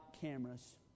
cameras